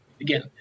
Again